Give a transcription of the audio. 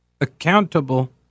accountable